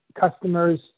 customers